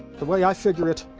the way i figure it,